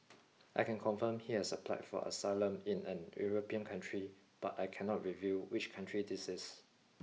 I can confirm he has applied for asylum in an European country but I cannot reveal which country this is